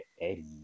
Eddie